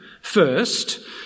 First